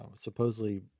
Supposedly